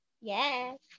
Yes